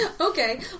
Okay